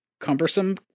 cumbersome